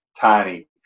tiny